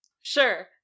Sure